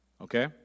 Okay